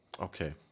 Okay